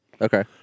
Okay